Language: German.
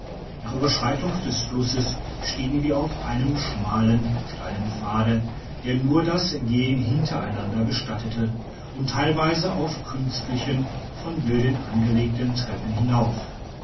nach ueberschreitung des flusses stiegen wir auf einem schmalen steilen pfade der nur das gehen hintereinander gestattete und teilweise auf künstlichen von wilden angelegten treppen hinauf